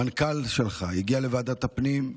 המנכ"ל שלך הגיע לוועדת הפנים,